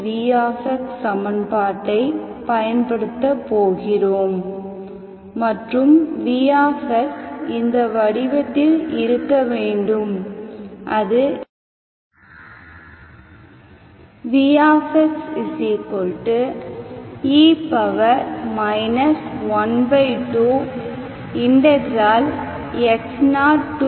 v சமன்பாட்டை பயன்படுத்த போகிறோம் மற்றும் v இந்த வடிவத்தில் இருக்க வேண்டும் அது vxe 12x0xp